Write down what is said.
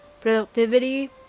Productivity